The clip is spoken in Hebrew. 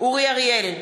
אורי אריאל,